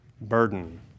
burden